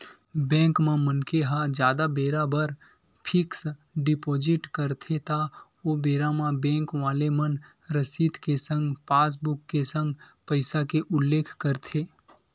bank म मनखे ह जादा बेरा बर फिक्स डिपोजिट करथे त ओ बेरा म बेंक वाले मन रसीद के संग पासबुक के संग पइसा के उल्लेख करथे